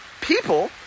people